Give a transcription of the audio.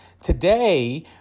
Today